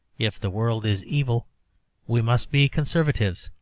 if the world is evil we must be conservatives.